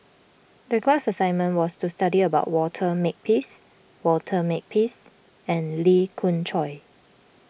the class assignment was to study about Walter Makepeace Walter Makepeace and Lee Khoon Choy